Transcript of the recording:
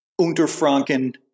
Unterfranken